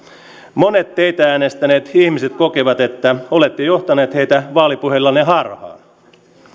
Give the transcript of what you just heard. monet teitä äänestäneet ihmiset kokevat että olette johtanut heitä vaalipuheillanne harhaan